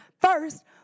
First